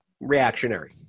reactionary